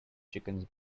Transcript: chickens